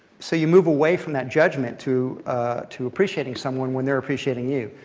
so you move away from that judgment to to appreciating someone, when they're appreciating you.